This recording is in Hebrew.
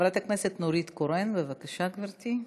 חברת הכנסת נורית קורן, בבקשה, גברתי.